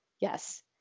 yes